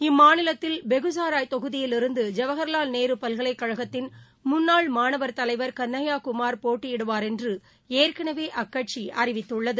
இம்மாநிலத்தில் பெகுசாராய் தொகுதியில் இருந்து ஜவகர்லால் நேருபல்கலைக்கழகத்தின் முன்னாள் மாணவர் தலைவர் கன்னையாகுமார் போட்டியிடுவார் என்றுஏற்களவேஅக்கட்சிஅறிவித்துள்ளது